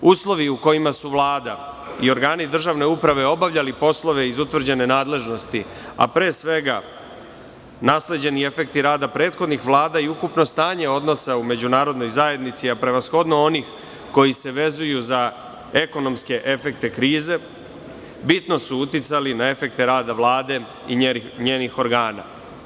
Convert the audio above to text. Uslovi u kojima su Vlada i organi državne uprave obavljali poslove iz utvrđene nadležnosti, a pre svega nasleđeni efekti rada prethodnih vlada i ukupno stanje odnosa u međunarodnoj zajednici, a prevashodno onih koji se vezuju za ekonomske efekte krize, bitno su uticali na efekte rada Vlade i njenih organa.